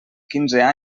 quinze